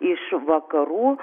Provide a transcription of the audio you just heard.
iš vakarų